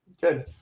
Good